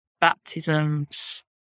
Baptisms